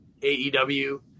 AEW